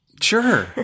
sure